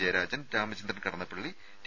Jayarajan Ramachandran Kadannappally T